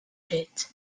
dritt